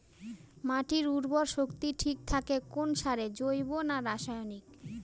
মাটির উর্বর শক্তি ঠিক থাকে কোন সারে জৈব না রাসায়নিক?